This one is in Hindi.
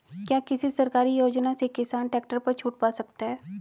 क्या किसी सरकारी योजना से किसान ट्रैक्टर पर छूट पा सकता है?